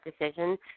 decision